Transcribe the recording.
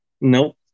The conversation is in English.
nope